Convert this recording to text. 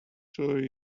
sure